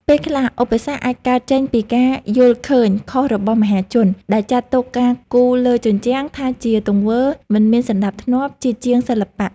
ពេលខ្លះ ឧបសគ្គអាចកើតចេញពីការយល់ឃើញខុសរបស់មហាជន ដែលចាត់ទុកការគូរលើជញ្ជាំងថាជាទង្វើមិនមានសណ្ដាប់ធ្នាប់ ជាជាងសិល្បៈ។